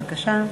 בבקשה.